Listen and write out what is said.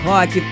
Rock